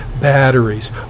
batteries